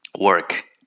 work